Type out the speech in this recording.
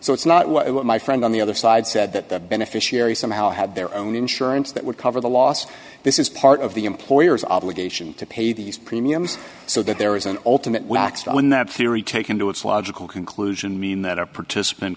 so it's not what my friend on the other side said that the beneficiary somehow had their own insurance that would cover the loss this is part of the employer's obligation to pay these premiums so that there is an ultimate wax on that theory taken to its logical conclusion mean that a participant